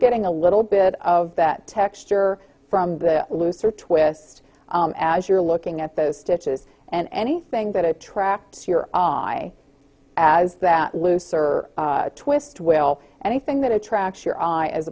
getting a little bit of that texture from the looser twist as you're looking at those stitches and anything that attracts your i as that looser twist will anything that attracts your eye as